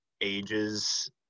ages